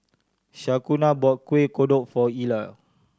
Shaquana bought Kuih Kodok for Ila